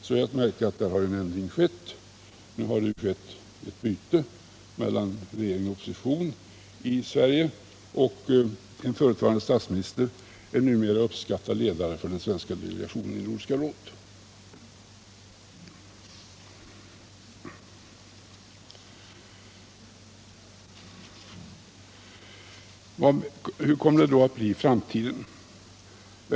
Nu har det emellertid skett ett byte mellan regering och opposition i Sverige, och en förutvarande statsminister är numera uppskattad ledare för den svenska delegationen i Nordiska rådet. Hur kommer det då att bli i framtiden?